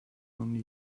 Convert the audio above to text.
only